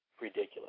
ridiculous